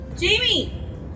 Jamie